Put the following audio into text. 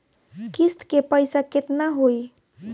किस्त के पईसा केतना होई?